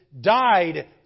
Died